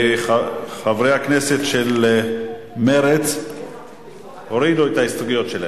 חברי הכנסת של מרצ הורידו את ההסתייגויות שלהם.